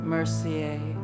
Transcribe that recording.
Mercier